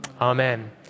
Amen